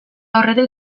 aurretik